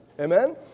Amen